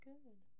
Good